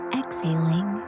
exhaling